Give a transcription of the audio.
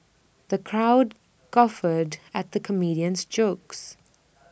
the crowd guffawed at the comedian's jokes